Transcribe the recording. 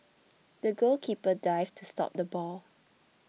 the goalkeeper dived to stop the ball